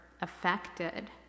affected